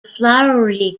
flowery